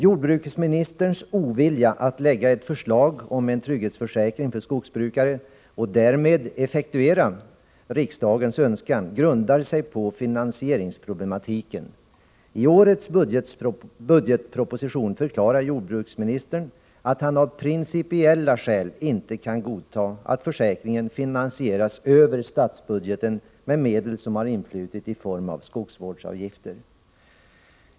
Jordbruksministerns ovilja att lägga fram ett förslag om en trygghetsförsäkring för skogsbrukare och därmed effektuera riksdagens önskan grundar sig på finansieringsproblematiken. I årets budgetproposition förklarar jordbruksministern att han av principiella skäl inte kan godta att försäkringen finansieras över statsbudgeten med medel som har influtit i form av skogsvårdsavgifter.